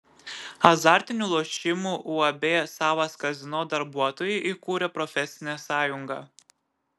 azartinių lošimų uab savas kazino darbuotojai įkūrė profesinę sąjungą